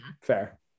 fair